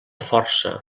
força